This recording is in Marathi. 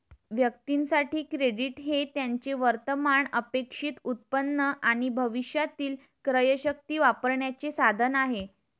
व्यक्तीं साठी, क्रेडिट हे त्यांचे वर्तमान अपेक्षित उत्पन्न आणि भविष्यातील क्रयशक्ती वापरण्याचे साधन आहे